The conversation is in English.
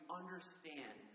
understand